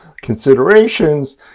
considerations